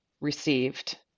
received